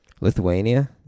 Lithuania